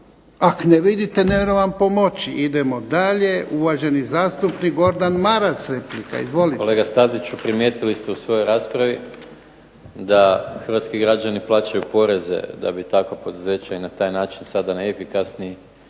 ak ne vidite nemrem vam pomoći. Idemo dalje. Uvaženi zastupnik Gordan Maras, replika. Izvolite.